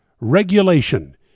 regulation